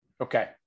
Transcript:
Okay